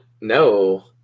No